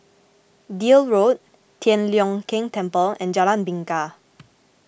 Deal Road Tian Leong Keng Temple and Jalan Bingka